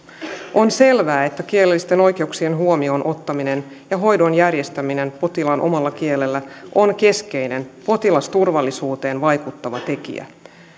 on selvää että kielellisten oikeuksien huomioon ottaminen ja hoidon järjestäminen potilaan omalla kielellä on keskeinen potilasturvallisuuteen vaikuttava tekijä